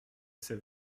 c’est